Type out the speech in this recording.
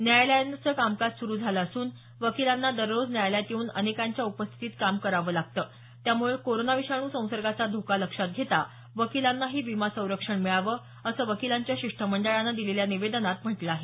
न्यायालयानं कामकाज सुरु झालं असून वकीलांना दररोज न्यायालयात येऊन अनेकांच्या उपस्थितीत काम करावं लागतं त्यामुळे कोरोना विषाणू संसर्गाचा धोका लक्षात घेता वकीलांनाही विमा संरक्षण मिळावं असं वकीलांच्या शिष्टमंडळानं दिलेल्या निवेदनात म्हटलं आहे